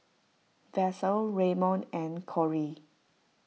Vassie Raymon and Corie